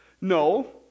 No